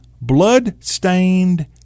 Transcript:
blood-stained